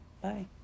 bye